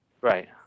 Right